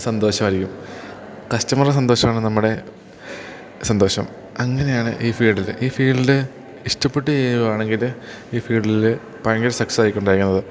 സന്തോഷമായിരിക്കും കസ്റ്റമറുടെ സന്തോഷമാണ് നമ്മുടെ സന്തോഷം അങ്ങനെയാണ് ഈ ഫീൽഡിൽ ഈ ഫീൽഡിൽ ഇഷ്ടപ്പെട്ടു ചെയ്യുകയാണെങ്കിൽ ഈ ഫീൽഡിൽ ഭയങ്കര സക്സസ് ആയിരിക്കും ഉണ്ടായിരുന്നത്